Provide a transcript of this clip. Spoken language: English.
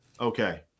Okay